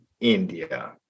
India